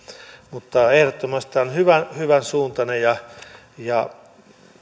mutta ehdottomasti tämä on hyvän suuntainen ja ja